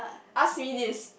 ask me this